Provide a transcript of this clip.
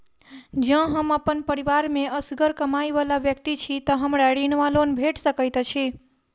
जँ हम अप्पन परिवार मे असगर कमाई वला व्यक्ति छी तऽ हमरा ऋण वा लोन भेट सकैत अछि?